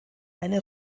eine